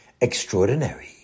extraordinary